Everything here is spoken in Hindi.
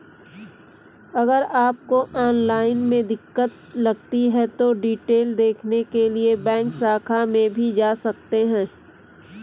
अगर आपको ऑनलाइन में दिक्कत लगती है तो डिटेल देखने के लिए बैंक शाखा में भी जा सकते हैं